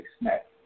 next